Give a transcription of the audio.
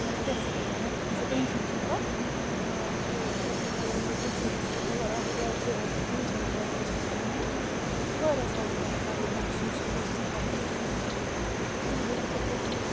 نہٕ حظ کیٛاہ چھُو تُہۍ وَنان یہِ چھےٚ ٹٮ۪نشَنچی کَتھ تہٕ کیٛاہ چھِ اَتھ ونان یہِ تُہۍ چھُو ہُہ اور آمٕتۍ دۄیہِ ترٛیٚیہِ لَٹہِ بٕے چھَس نہٕ تَتٮ۪ن ٲسمٕژ کِہیٖنۍ نہٕ مےٚ حظ چھِ واریاہ زیادٕ مطلب اَمیُک اَفسوٗس کہِ بہٕ ٲسٕس نہٕ تَتٮ۪ن کِہیٖنۍ ہوٗ یہِ یِمو دوٚپ مےٚ کیٛاہ چھِ اَتھ وَنان